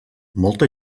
molta